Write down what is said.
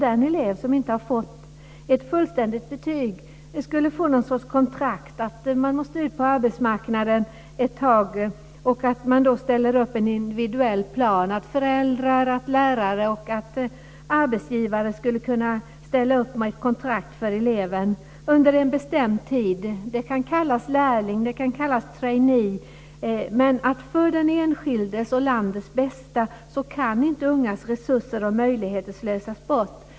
Den elev som inte har fått ett fullständigt betyg skulle få någon sorts kontrakt om att komma ut på arbetsmarknaden ett tag. Man skulle då ställa upp en individuell plan. Föräldrar, lärare och arbetsgivare skulle ställa upp ett kontrakt för eleven under en bestämd tid. Det kan kallas lärling och det kan kallas trainee, men för den enskildes och landets bästa kan inte ungas resurser och möjligheter slösas bort.